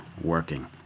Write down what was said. working